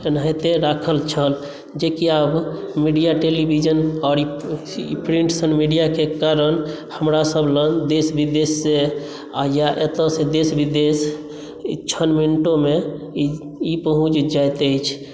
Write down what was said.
एनाहिते राखल छल जेकि आब मिडिया टेलीविजन आओर प्रिन्ट सन मिडियाके कारण हमरासभ लग देश विदेशसँ या आ एतयसँ देश विदेश क्षण मिनटोमे ई पहुँच जाइत अछि